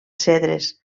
cedres